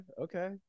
okay